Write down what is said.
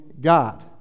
God